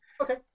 Okay